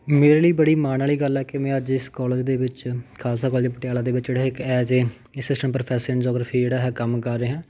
ਮੇਰੀ ਲਈ ਬੜੀ ਮਾਣ ਵਾਲੀ ਗੱਲ ਹੈ ਕਿ ਮੈਂ ਅੱਜ ਇਸ ਕੋਲੇਜ ਦੇ ਵਿੱਚ ਖਾਲਸਾ ਕੋਲੇਜ ਪਟਿਆਲਾ ਦੇ ਵਿੱਚ ਜਿਹੜਾ ਇੱਕ as a assistant professor in geography ਜਿਹੜਾ ਹੈ ਕੰਮ ਕਰ ਰਿਹਾ